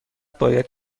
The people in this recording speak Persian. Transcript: باید